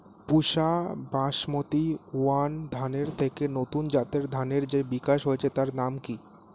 পুসা basmati one ধানের থেকে নতুন জাতের ধানের যে বিকাশ হয়েছে তার নাম কি?